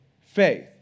faith